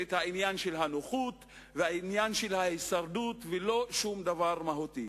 את הנוחות וההישרדות ולא דבר מהותי.